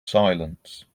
silence